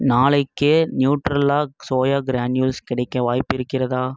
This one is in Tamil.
நாளைக்கே நியூட்ரெல்லா சோயா கிரானியூல்ஸ் கிடைக்க வாய்ப்பிருக்கிறதா